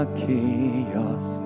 chaos